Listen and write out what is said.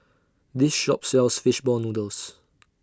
This Shop sells Fish Ball Noodles